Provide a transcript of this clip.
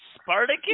Spartacus